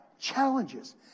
challenges